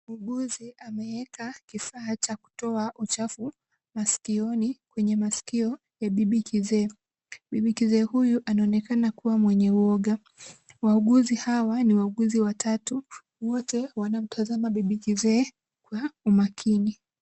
Muuguzi ameeka kifaa cha kutoa uchafu masikioni kwenye masikio ya bibi kizee. Bibi kizee huyu anaonekana kuwa mwenye uoga. Wauguzi hawa ni wauguzi watatu, wote wanamtazama bibi kizee kwa umakini.